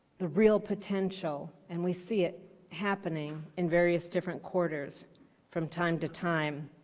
the real potential and we see it happening in various different quarters from time to time